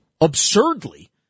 absurdly